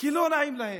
כי לא נעים להם.